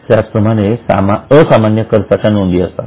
याचप्रमाणे असामान्य खर्चाच्या नोंदी असतात